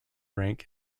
rank